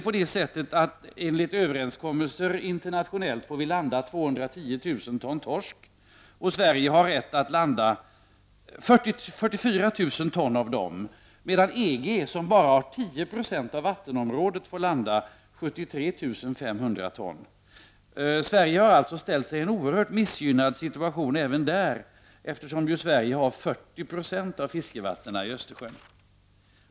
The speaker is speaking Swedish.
Enligt internationella överenskommelser får det landas 210000 ton torsk, och Sverige har rätt att landa 44000 av dessa ton. EG, som bara har 1070 av vattenområdet, får landa 73 500 ton. Sverige har alltså ställt sig i en oerhört missgynnad situation även i Östersjön, eftersom Sverige innehar 40 96 av fiskevattnen där.